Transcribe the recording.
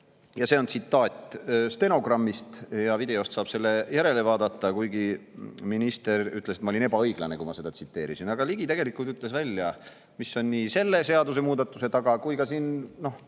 ja see on tsitaat stenogrammist, videost saab selle järele vaadata, kuigi minister ütles, et ma olin ebaõiglane, kui ma seda tsiteerisin, et Ligi tegelikult ütles välja, mis on nii selle seadusemuudatuse taga kui ka peresid